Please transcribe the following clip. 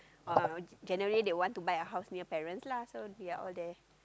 uh January they want to buy a house near parents lah so they are all there